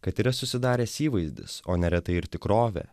kad yra susidaręs įvaizdis o neretai ir tikrovė